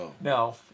No